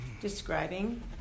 describing